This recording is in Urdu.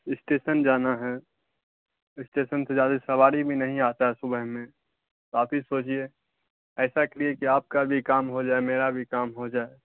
اسٹیشن جانا ہے اسٹیشن سے زیادہ سواری بھی نہیں آتا ہے صبح میں آپ ہی سوچیے ایسا کریے کہ آپ کا بھی کام ہو جائے میرا بھی کام ہو جائے